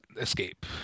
escape